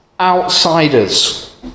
outsiders